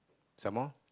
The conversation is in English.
some more